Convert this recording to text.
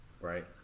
right